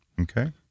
Okay